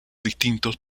distintos